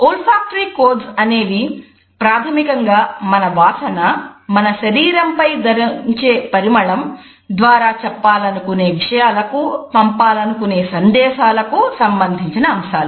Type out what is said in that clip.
వోల్ఫాక్టరీ codes అనేవి ప్రాథమికంగా మన వాసన మనం శరీరంపై ధరించే పరిమళం ద్వారా చెప్పాలనుకునే విషయాలకు పంపాలనుకునే సందేశాలకు సంబంధించిన అంశాలు